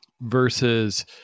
versus